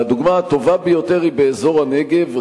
והדוגמה הטובה ביותר היא באזור הנגב.